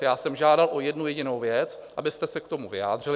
Já jsem žádal o jednu jedinou věc, abyste se k tomu vyjádřili.